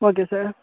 okay sir